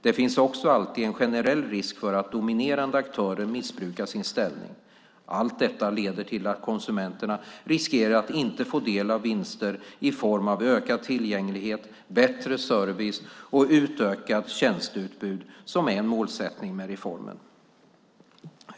Det finns också alltid en generell risk för att dominerande aktörer missbrukar sin ställning. Allt detta leder till att konsumenterna riskerar att inte få del av vinster i form av ökad tillgänglighet, bättre service och utökat tjänsteutbud, som är en målsättning med reformen.